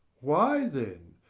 why, then,